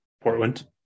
Portland